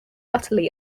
utterly